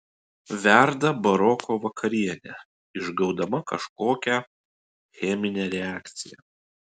verda baroko vakarienė išgaudama kažkokią cheminę reakciją